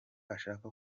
ashaka